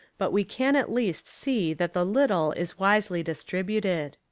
but we can at least see that the little is wisely distributed.